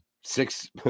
six